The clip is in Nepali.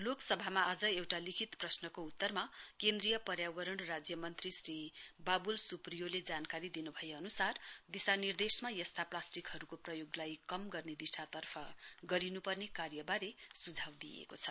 लोकसभामा आज एउटा लिखिल प्रश्नको उत्तरमा केन्दर्य पयार्वरण राज्य मन्त्री श्री बाबुल सुप्रियाले जानकारी दिनु भए अनुसार दिशानिर्देशमा यस्ता प्लास्टिकहरूको प्रयोगलाई कम गर्ने दिशातर्फ गरिनुपर्ने कार्यबारे सुझाउ दिइएको छ